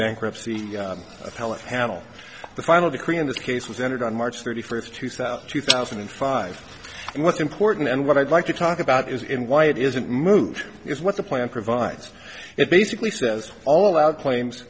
bankruptcy appellate panel the final decree in this case was entered on march thirty first two thousand two thousand and five and what's important and what i'd like to talk about is in why it isn't moved is what the plan provides it basically says all out claims